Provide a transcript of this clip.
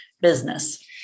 business